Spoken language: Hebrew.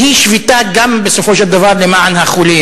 שהיא בסופו של דבר גם שביתה למען החולים.